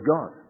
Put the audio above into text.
God